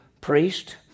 priest